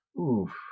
Oof